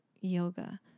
yoga